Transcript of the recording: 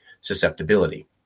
susceptibility